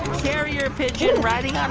carrier pigeon riding um